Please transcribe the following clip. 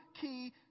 key